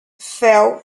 fell